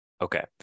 Okay